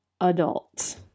adult